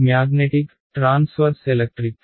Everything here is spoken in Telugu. magnetic transverse electric